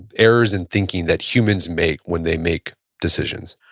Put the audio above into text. errors in thinking that humans make when they make decisions?